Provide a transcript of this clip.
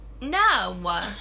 No